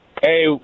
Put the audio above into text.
Hey